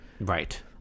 right